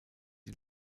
die